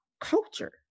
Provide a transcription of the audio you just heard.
culture